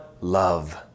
love